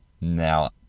Now